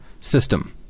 system